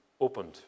opened